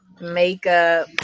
makeup